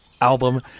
album